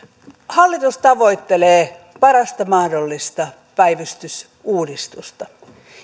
hallitus tavoittelee parasta mahdollista päivystysuudistusta